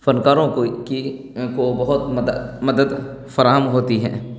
فنکاروں کو کی کو بہت مدد مدد فراہم ہوتی ہے